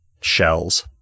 shells